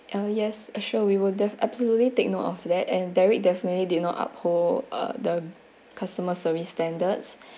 uh yes uh sure we will def~ absolutely take note of that and derrick definitely did not uphold uh the customer service standards